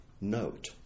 note